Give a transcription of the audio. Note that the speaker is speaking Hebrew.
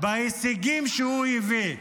בהישגים שהוא הביא.